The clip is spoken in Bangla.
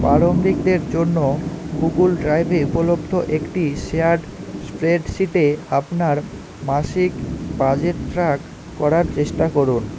প্রারম্ভিকদের জন্য গুগুল ড্রাইভে উপলব্ধ একটি শেয়ার্ড স্প্রেডশীটে আপনার মাসিক বাজেট ট্র্যাক করার চেষ্টা করুন